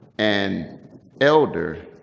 and elder,